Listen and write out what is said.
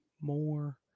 More